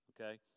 okay